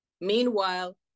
Meanwhile